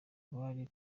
bari